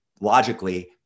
logically